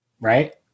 Right